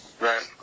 Right